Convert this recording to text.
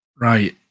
Right